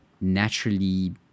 naturally